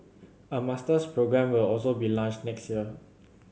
a masters programme will also be launched next year